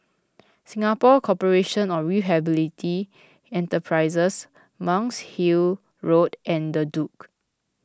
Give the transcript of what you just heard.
Singapore Corporation of Enterprises Monk's Hill Road and the Duke